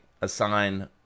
assign